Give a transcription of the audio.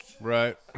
Right